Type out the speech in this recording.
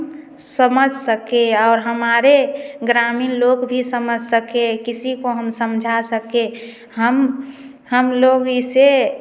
समझ सके और हमारे ग्रामीण लोग भी समझ सके किसी को हम समझा सके हम हम लोग को इसे